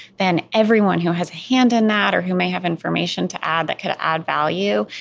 then everyone who has a hand in that or who may have information to add that could add value,